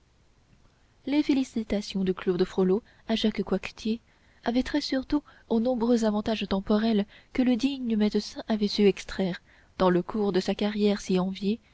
les félicitations de claude frollo à jacques coictier avaient trait surtout aux nombreux avantages temporels que le digne médecin avait su extraire dans le cours de sa carrière si enviée